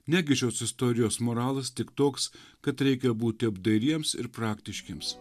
negi šios istorijos moralas tik toks kad reikia būti apdairiems ir praktiškiems